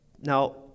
Now